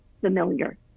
familiar